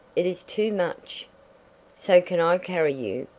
it is too much so can i carry you,